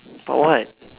but what